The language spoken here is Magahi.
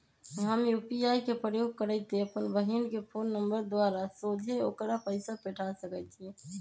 हम यू.पी.आई के प्रयोग करइते अप्पन बहिन के फ़ोन नंबर द्वारा सोझे ओकरा पइसा पेठा सकैछी